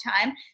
time